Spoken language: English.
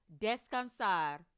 descansar